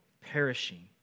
perishing